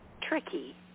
tricky